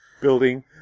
building